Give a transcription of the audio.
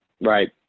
Right